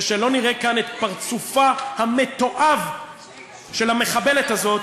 ושלא נראה פה את פרצופה המתועב של המחבלת הזאת